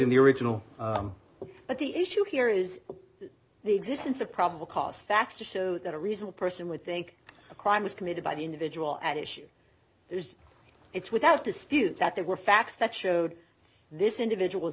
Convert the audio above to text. in the original but the issue here is the existence of probable cause facts to show that a reasonable person would think a crime was committed by the individual at issue there's it's without dispute that there were facts that showed this individual